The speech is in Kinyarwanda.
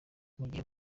mugihe